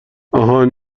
آهان